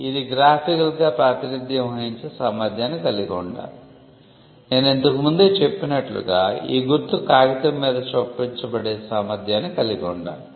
ఇది గ్రాఫికల్గా ప్రాతినిధ్యం వహించే సామర్థ్యాన్ని కలిగి ఉండాలి నేను ఇంతకు ముందే చెప్పినట్లుగా ఈ గుర్తు కాగితం మీద చూపించబడే సామర్థ్యాన్ని కలిగి ఉండాలి